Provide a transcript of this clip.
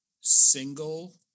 single